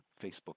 Facebook